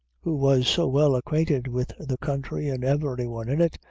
who was so well acquainted with the country and every one in it,